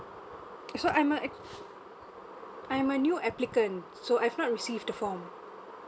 so I'm a ac~ I'm a new applicant so I've not receive the form